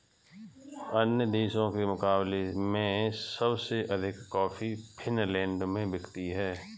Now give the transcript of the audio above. अन्य देशों के मुकाबले में सबसे अधिक कॉफी फिनलैंड में बिकती है